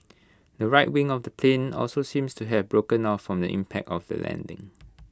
the right wing of the plane also seems to have broken off from the impact of the landing